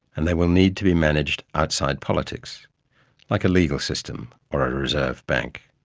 and they will need to be managed outside politics like a legal system or a reserve bank.